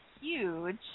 huge